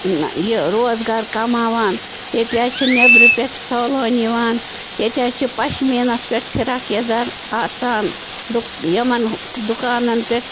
یہِ روزگار کماوان ییٚتہِ حظ چھِ نٮ۪برٕ پٮ۪ٹھ سٲلٲنۍ یِوان ییٚتہِ حظ چھِ پَشمیٖنَس پٮ۪ٹھ فِراک یزار آسان دۄ یِمَن دُکانَن پٮ۪ٹھ